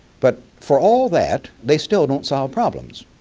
but for all that they still don't solve problems.